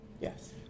Yes